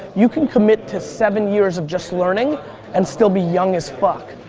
you can commit to seven years of just learning and still be young as fuck.